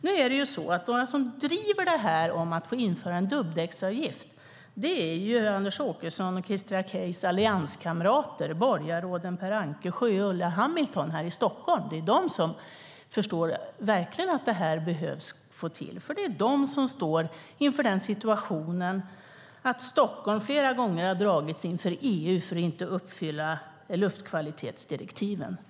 Nu är det ju så att de som driver frågan om att få införa en dubbdäcksavgift är Anders Åkessons och Christer Akejs allianskamrater, borgarråden Per Ankersjö och Ulla Hamilton här i Stockholm. Det är de som verkligen förstår att det här behöver man få till, för det är de som står inför den situationen att Stockholm flera gånger har dragits inför EU-domstolen för att inte uppfylla luftkvalitetsdirektiven.